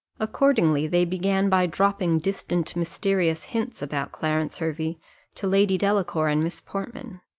accordingly they began by dropping distant mysterious hints about clarence hervey to lady delacour and miss portman.